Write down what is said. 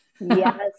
yes